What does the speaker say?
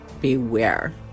beware